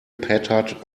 pattered